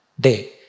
day